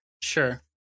Sure